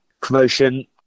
promotion